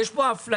יש פה אפליה,